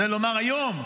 זה לומר היום,